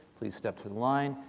please step to the line.